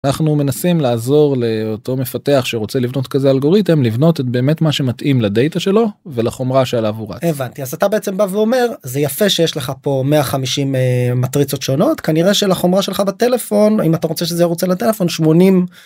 אנחנו מנסים לעזור לאותו מפתח שרוצה לבנות כזה אלגוריתם, לבנות באמת מה שמתאים לדייטה שלו ולחומרה שעליו הוא רץ. הבנתי, אז אתה בעצם בא ואומר, זה יפה שיש לך פה 150 מטריצות שונות, כנראה שלחומרה שלך בטלפון, אם אתה רוצה שזה ירוץ על הטלפון 80.